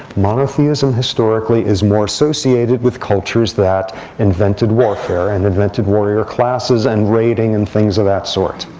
monotheism, historically, is more associated with cultures that invented warfare, and invented warrior classes, and raiding, and things of that sort.